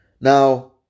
Now